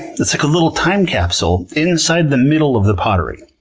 it's like a little time capsule inside the middle of the pottery.